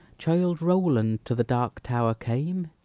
child rowland to the dark tower came,